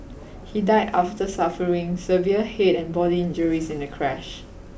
he died after suffering severe head and body injuries in a crash